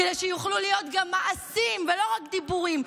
כדי שיוכלו להיות גם מעשים ולא רק דיבורים.